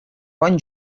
bon